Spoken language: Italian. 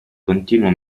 continuo